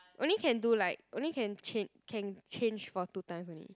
only can do like only can chang~ can change for two times only